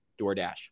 DoorDash